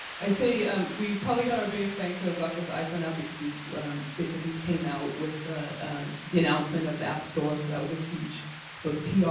i'd say um we probably got our biggest bang for the buck with the iphone app because we basically came out with ah the announcement of the app stores. that was a huge both pr